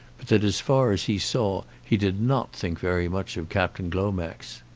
but that as far as he saw he did not think very much of captain glomax.